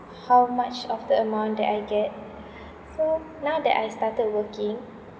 how much of the amount that I get so now that I started working